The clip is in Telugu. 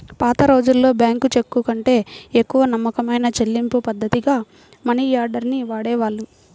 పాతరోజుల్లో బ్యేంకు చెక్కుకంటే ఎక్కువ నమ్మకమైన చెల్లింపుపద్ధతిగా మనియార్డర్ ని వాడేవాళ్ళు